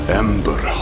ember